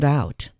out